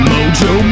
Mojo